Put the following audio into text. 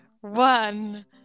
one